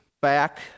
back